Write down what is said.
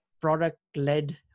product-led